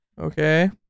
Okay